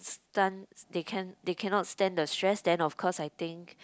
stan~ they can't they cannot stand the stress then of course I think